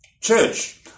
Church